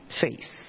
face